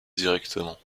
directement